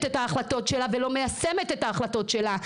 את ההחלטות שלה ולא מיישמת את ההחלטות שלה.